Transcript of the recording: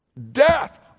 Death